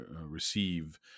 receive